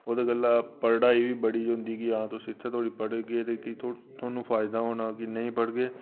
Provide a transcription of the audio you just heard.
ते ओह्दे आस्तै पढ़ाई होंदी कि'यां इत्थें धोड़ी पढ़ाई होंदी कि थोआनूं फायदा होना कि नेईं पढ़गे